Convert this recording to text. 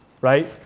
Right